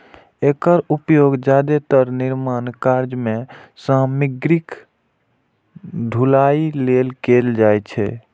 एकर उपयोग जादेतर निर्माण कार्य मे सामग्रीक ढुलाइ लेल कैल जाइ छै